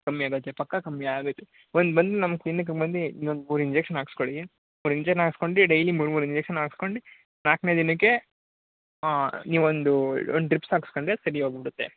ಕಮ್ಮಿ ಆಗುತ್ತೆ ಪಕ್ಕ ಕಮ್ಮಿ ಆಗುತ್ತೆ ಒಂದು ಬಂದು ನಮ್ಮ ಕ್ಲಿನಿಕ್ಗೆ ಬಂದು ಇನ್ನೊಂದು ಮೂರು ಇಂಜೆಕ್ಷನ್ ಹಾಕ್ಸ್ಕೊಳ್ಳಿ ಮೂರು ಇಂಜೆನ್ ಹಾಕ್ಸ್ಕೊಂಡು ಡೈಲಿ ಮೂರು ಮೂರು ಇಂಜೆಕ್ಷನ್ ಹಾಕ್ಸ್ಕೊಂಡು ನಾಲ್ಕನೆ ದಿನಕ್ಕೆ ನೀವೊಂದು ಒಂದು ಡ್ರಿಪ್ಸ್ ಹಾಕ್ಸ್ಕೊಂಡ್ರೆ ಸರಿ ಹೋಗ್ಬಿಡುತ್ತೆ